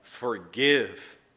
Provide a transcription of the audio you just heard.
Forgive